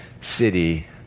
city